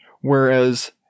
Whereas